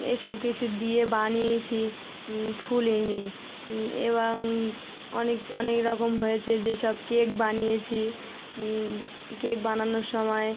এসব কিছু দিয়ে বানিয়েছি ফোলেনি এবং অনেক অনেক রকম হয়েছে যেসব কেক বানিয়েছি কেক বানানোর সময়